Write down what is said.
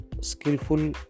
skillful